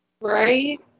Right